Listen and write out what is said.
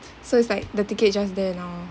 so it's like the ticket is just there now